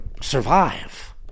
survive